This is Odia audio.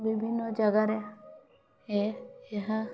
ବିଭିନ୍ନ ଜାଗାରେ ଏହା